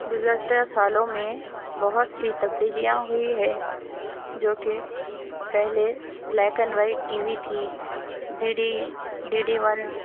گزرتے سالوں میں بہت سی تبدیلیاں ہوئی ہے جو کہ پہلے black and white T V تھی D D D D one